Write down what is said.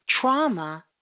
trauma